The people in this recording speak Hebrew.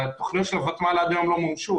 התכניות של הוותמ"ל עד היום לא מומשו.